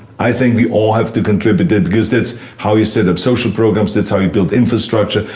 i think we all have to contribute it because this how you set up social programs that how you build infrastructure.